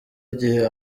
igihe